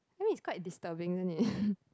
army is quite disturbing isn't it